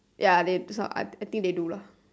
ya they some~ I think they do lah